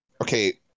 Okay